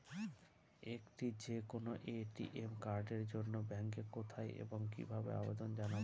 একটি যে কোনো এ.টি.এম কার্ডের জন্য ব্যাংকে কোথায় এবং কিভাবে আবেদন জানাব?